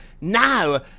now